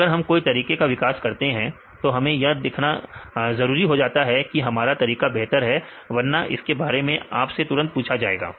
अगर हम कोई तरीके का विकास करते हैं तो हमें यह दिखाना जरूरी होता है कि हमारा तरीका बेहतर है वरना इसके बारे में आप से तुरंत पूछा जाएगा